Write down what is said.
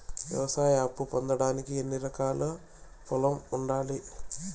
వ్యవసాయ అప్పు పొందడానికి ఎన్ని ఎకరాల పొలం ఉండాలి?